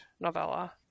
novella